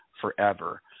forever